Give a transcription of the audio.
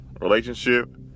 relationship